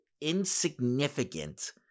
insignificant